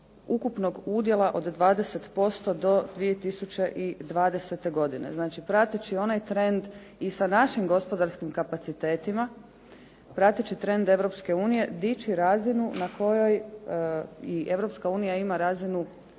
ukupnog udjela od 20% do 2020. godine. Znači prateći onaj trend i sa našim gospodarskim kapacitetima, prateći trend Europske unije dići razinu na kojoj i Europska unija ima razinu